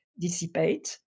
dissipate